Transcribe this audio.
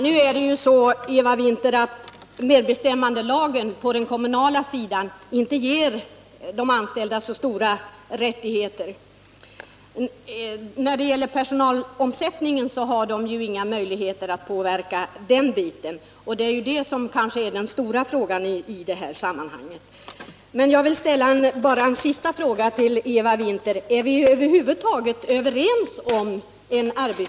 Herr talman! Medbestämmandelagen ger inte de anställda på den kommunala sidan så stora rättigheter — det vet Eva Winther. Personalomsättningen har de inga möjligheter att påverka, och den är kanske det stora problemet i det här sammanhanget.